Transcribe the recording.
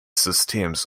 systems